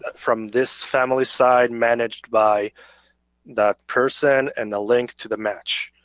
from this family site managed by that person and a link to the match.